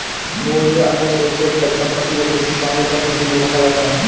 मूर्त या अमूर्त रूप से परिसम्पत्ति को किसी स्वामी तक ही सीमित रखा जाता है